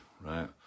right